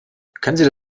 können